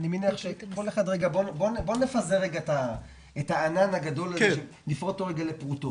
בואו נפזר את הענן הגדול הזה ונפרוט אותו לפרוטות: